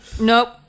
Nope